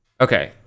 Okay